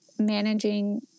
managing